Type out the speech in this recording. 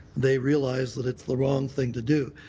they realize that it's the wrong thing to do.